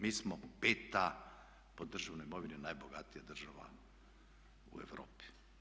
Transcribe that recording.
Mi smo peta po državnoj imovini najbogatija država u Europi.